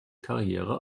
karriere